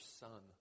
son